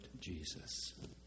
Jesus